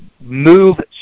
move